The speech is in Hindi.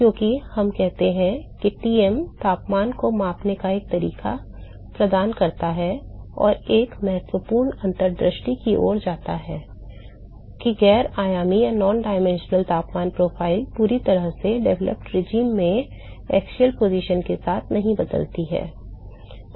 क्योंकि हम कहते हैं कि ™ तापमान को मापने का एक तरीका प्रदान करता है जो एक महत्वपूर्ण अंतर्दृष्टि की ओर जाता है कि गैर आयामी तापमान प्रोफ़ाइल पूरी तरह से विकसित शासन में अक्षीय स्थिति के साथ नहीं बदलती है